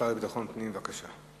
השר לביטחון פנים, בבקשה.